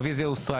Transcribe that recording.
הרביזיה הוסרה.